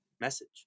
message